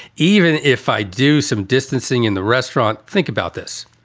even if i do some distancing in the restaurant. think about this.